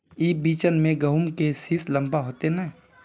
ई बिचन में गहुम के सीस लम्बा होते नय?